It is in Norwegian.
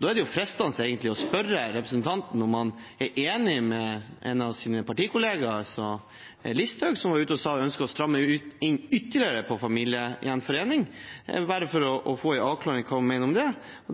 Da er det fristende å spørre representanten Engen-Helgheim om han er enig med en av sine partikollegaer, Sylvi Listhaug, som var ute og sa at hun ønsket å stramme inn ytterligere på familiegjenforening – bare for å få en avklaring om hva han mener om det.